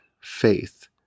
faith